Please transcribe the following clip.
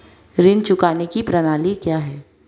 ऋण चुकाने की प्रणाली क्या है?